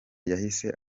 yahise